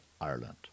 Ireland